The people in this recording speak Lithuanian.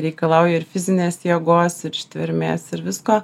reikalauja ir fizinės jėgos ir ištvermės ir visko